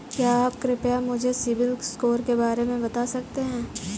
क्या आप कृपया मुझे सिबिल स्कोर के बारे में बता सकते हैं?